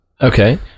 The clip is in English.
Okay